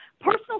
personal